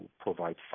provide